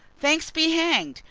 thanks be hanged,